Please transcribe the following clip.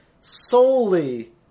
Solely